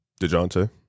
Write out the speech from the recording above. Dejounte